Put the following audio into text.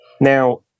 Now